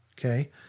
okay